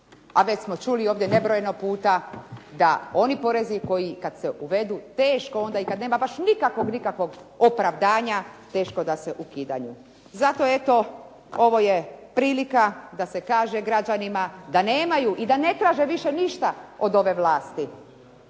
a već smo čuli ovdje nebrojeno puta da oni porezi koji kad se uvedu teško onda i kad nema baš nikakvog, nikakvog opravdanja, teško da se ukidaju. Zato eto ovo je prilika da se kaže građanima da nemaju i da ne traže više ništa od ove vlasti